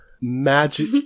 magic